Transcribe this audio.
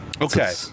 Okay